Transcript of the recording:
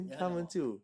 then 他讲什么